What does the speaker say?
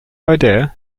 idea